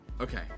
Okay